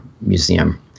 Museum